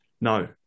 No